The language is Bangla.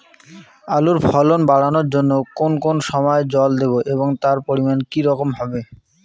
আলুর ফলন বাড়ানোর জন্য কোন কোন সময় জল দেব এবং তার পরিমান কি রকম হবে?